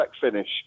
finish